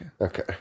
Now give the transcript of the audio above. Okay